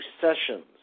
sessions